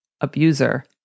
abuser